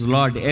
Lord